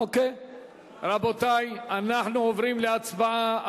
רבותי, אנחנו עוברים להצבעה.